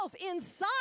inside